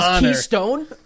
Keystone